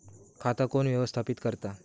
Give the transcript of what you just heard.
खाता कोण व्यवस्थापित करता?